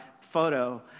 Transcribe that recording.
photo